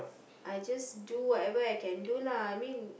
I just do whatever I can do lah I mean